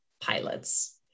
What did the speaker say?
pilots